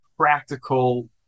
practical